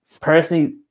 personally